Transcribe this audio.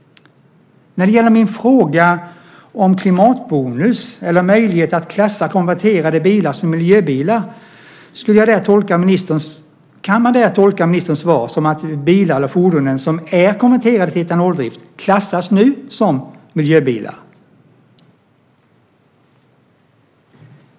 När det gäller min fråga om klimatbonus eller möjlighet att klassa konverterade bilar som miljöbilar kan man där tolka ministerns svar som att bilar eller fordon som är konverterade till etanoldrift nu klassas som miljöbilar.